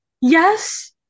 Yes